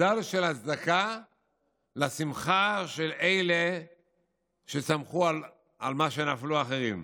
בדל של הצדקה לשמחה של אלה ששמחו על מה שנפלו האחרים.